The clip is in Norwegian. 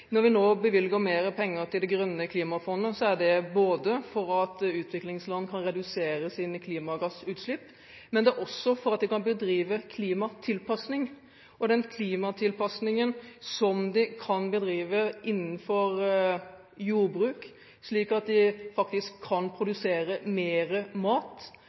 Når vi nå bevilger mer penger til Det grønne klimafondet, er det for at utviklingsland kan redusere sine klimagassutslipp, og det er også for at de skal kunne bedrive klimatilpasning. Den klimatilpasningen som de kan bedrive innenfor jordbruk, slik at de faktisk kan produsere mer mat,